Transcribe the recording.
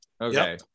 Okay